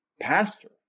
pastor